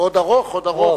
הוא עוד ארוך, עוד ארוך.